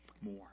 more